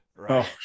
right